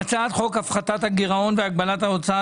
הצעת חוק הפחתת הגירעון והגבלת ההוצאה